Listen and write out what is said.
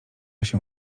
się